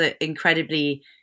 incredibly